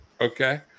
Okay